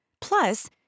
Plus